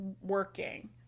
working